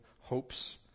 hopes